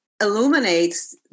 illuminates